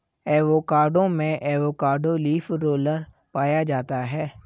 avocado में avocado leaf roller पाया जाता है